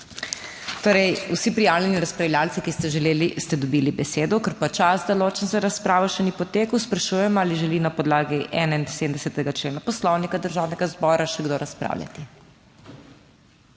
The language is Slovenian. Torej, vsi prijavljeni razpravljavci, ki ste želeli, ste dobili besedo. Ker pa čas določen za razpravo še ni potekel, sprašujem, ali želi na podlagi 71. člena Poslovnika Državnega zbora še kdo razpravljati?